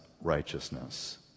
righteousness